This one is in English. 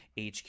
HQ